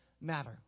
matter